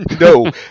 No